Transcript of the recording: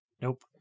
Nope